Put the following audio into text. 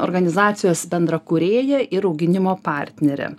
organizacijos bendrakūrėją ir auginimo partnerę